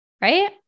Right